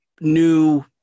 new